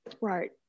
right